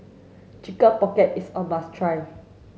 chicken pocket is a must try